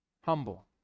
Humble